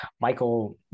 Michael